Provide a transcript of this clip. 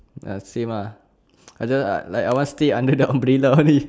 ya same ah I just like I want stay under the umbrella only